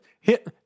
hit